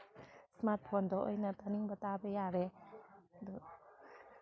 smart ꯐꯣꯟꯗ ꯑꯣꯏꯅ ꯇꯥꯅꯤꯡꯕ ꯇꯥꯕ ꯌꯥꯔꯦ ꯑꯗꯨ